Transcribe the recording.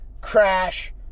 Crash